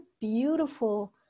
beautiful